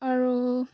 আৰু